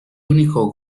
único